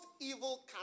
evil